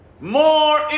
more